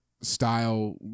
style